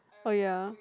oh ya